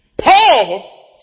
Paul